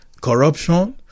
corruption